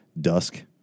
dusk